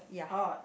oh